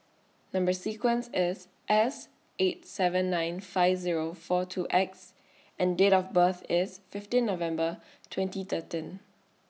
Number sequence IS S eight seven nine five Zero four two X and Date of birth IS fifteen November twenty thirteen